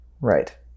Right